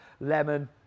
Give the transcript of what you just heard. lemon